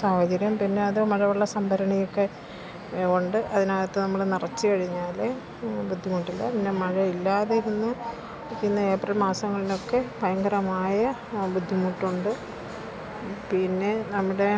സാഹചര്യം പിന്നെ അത് മഴവെള്ള സംഭരണിയൊക്കെ ഉണ്ട് അതിനകത്ത് നമ്മൾ നിറച്ച് കഴിഞ്ഞാൽ ബുദ്ധിമുട്ടില്ല പിന്നെ മഴയില്ലാതിരുന്നു പിന്നെ ഏപ്രില് മാസങ്ങളിലൊക്കെ ഭയങ്കരമായ ബുദ്ധിമുട്ടുണ്ട് പിന്നെ നമ്മുടെ